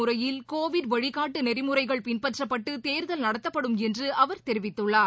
முறையில் கோவிட் வழிகாட்டு நெறிமுறைகள் பின்பற்றப்பட்டு தேர்தல் நடத்தப்படும் என்று அவர் தெரிவித்துள்ளார்